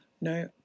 no